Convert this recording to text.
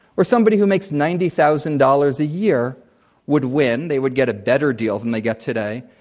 or, somebody who makes ninety thousand dollars a year would win. they would get a better deal than they get today.